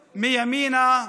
מימינה,